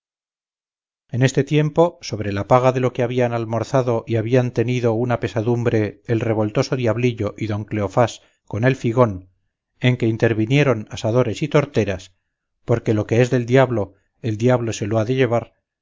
en este tiempo sobre la paga de lo que habían almorzado habían tenido una pesadumbre el revoltoso diablillo y don cleofás con el figón en que intervinieron asadores y torteras porque lo que es del diablo el diablo se lo ha de llevar